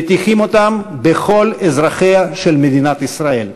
מטיחים אותם בכל אזרחיה של מדינת ישראל.